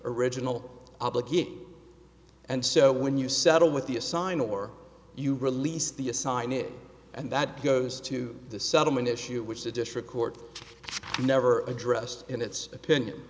original obligate and so when you settle with the assigned or you release the assign it and that goes to the settlement issue which the district court never addressed in its opinion